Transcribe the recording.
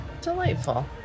Delightful